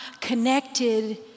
connected